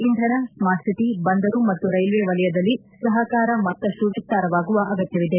ಇಂಧನ ಸ್ಮಾರ್ಟ್ಸಿಟಿ ಬಂದರು ಮತ್ತು ರೈಲ್ವೆ ವಲಯದಲ್ಲಿ ಸಹಕಾರ ಮತ್ತಷ್ಟು ವಿಸ್ತಾರವಾಗುವ ಅಗತ್ಯವಿದೆ